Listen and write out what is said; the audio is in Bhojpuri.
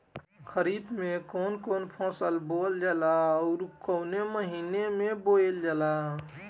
खरिफ में कौन कौं फसल बोवल जाला अउर काउने महीने में बोवेल जाला?